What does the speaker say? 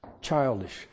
childish